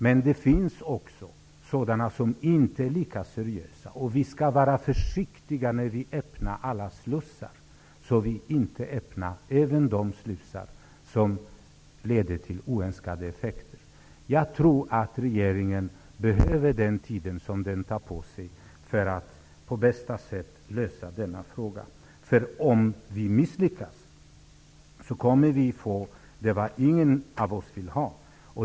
Problemet är att det också finns de som inte är lika seriösa. Vi bör vara försiktiga när vi öppnar slussarna, så att vi inte öppnar även de slussar som leder till oönskade effekter. Jag tror att regeringen behöver den tid som den tar på sig för att lösa denna fråga på bästa sätt. Om vi misslyckas får vi vad ingen av oss vill ha.